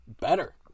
better